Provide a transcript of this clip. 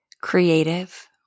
creative